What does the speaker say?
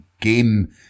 game